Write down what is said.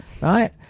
right